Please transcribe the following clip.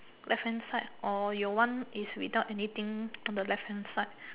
left hand side or your one is without anything for the left hand side